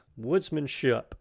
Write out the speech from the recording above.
Woodsmanship